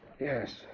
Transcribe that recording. Yes